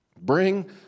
Bring